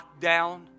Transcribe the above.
lockdown